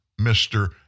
Mr